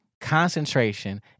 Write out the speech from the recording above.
concentration